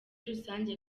rusange